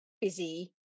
busy